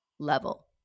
level